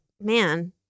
Man